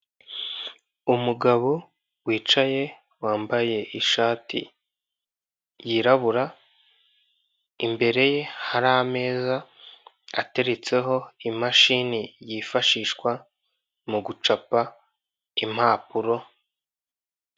Umugabo wicaye, wambaye ishati yirabura, imbere ye hari ameza ateretseho imashini yifashishwa mu gucapa impapuro